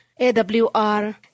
AWR